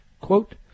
quote